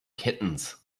kittens